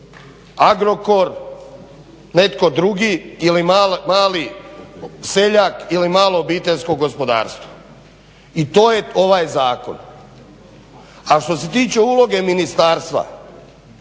Agrokor, netko drugi ili mali seljak, ili malo obiteljsko gospodarstvo? I to je ovaj zakon. A što se tiče uloge ministarstva,